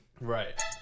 Right